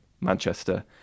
Manchester